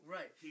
Right